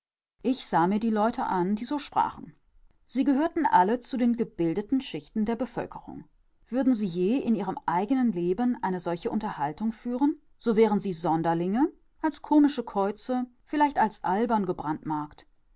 ich sah mir die leute an die so sprachen sie gehörten alle zu den gebildeten schichten der bevölkerung würden sie je in ihrem eigenen leben solche unterhaltung führen so wären sie sonderlinge als komische käuze vielleicht als albern gebrandmarkt